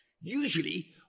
Usually